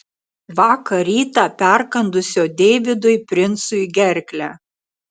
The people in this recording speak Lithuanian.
vakar rytą perkandusio deividui princui gerklę